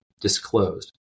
disclosed